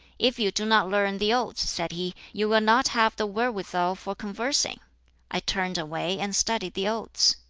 if you do not learn the odes said he, you will not have the wherewithal for conversing i turned away and studied the odes.